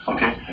Okay